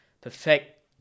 perfect